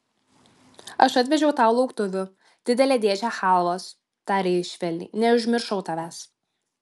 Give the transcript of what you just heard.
aš atvežiau tau lauktuvių didelę dėžę chalvos tarė jis švelniai neužmiršau tavęs